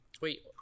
wait